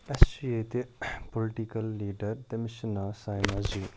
اَسہِ چھُ ییٚتہِ پُلٹِکَل لیٖڈَر تٔمِس چھُ ناو صایمہ جی